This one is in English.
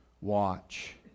watch